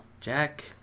Jack